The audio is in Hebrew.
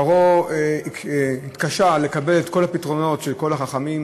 פרעה התקשה לקבל את כל הפתרונות של כל החכמים